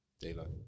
Daylight